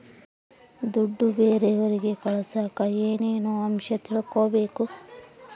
ದುಡ್ಡು ಬೇರೆಯವರಿಗೆ ಕಳಸಾಕ ಏನೇನು ಅಂಶ ತಿಳಕಬೇಕು?